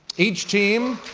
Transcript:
each team